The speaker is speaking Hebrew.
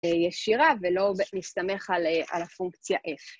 ‫ישירה ולא מסתמך על הפונקציה F.